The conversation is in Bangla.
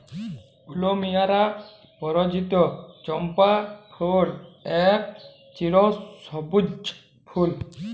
প্লুমেরিয়া পরজাতির চম্পা ফুল এক চিরসব্যুজ ফুল